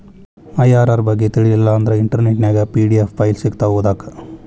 IRR ಬಗ್ಗೆ ತಿಳಿಲಿಲ್ಲಾ ಅಂದ್ರ ಇಂಟರ್ನೆಟ್ ನ್ಯಾಗ ಪಿ.ಡಿ.ಎಫ್ ಫೈಲ್ ಸಿಕ್ತಾವು ಓದಾಕ್